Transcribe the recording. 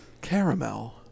Caramel